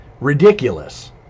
ridiculous